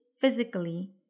physically